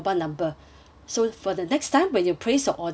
so for the next time when you place your order uh